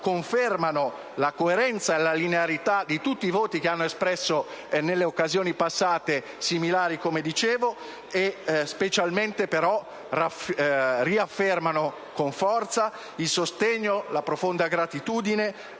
confermano la coerenza e la linearità di tutti i voti che hanno espresso nelle similari occasioni passate. Specialmente però riaffermano con forza il sostegno, la profonda gratitudine